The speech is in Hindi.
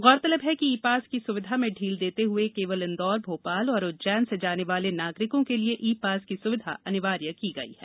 गौरतलब है कि ई पास की स्विधा में ढील देते हए केवल इंदौर भोपाल एवं उज्जैन से जाने वाले नागरिकों के लिये ई पास की स्विधा अनिवार्य की गई है